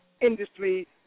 industry